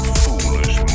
foolish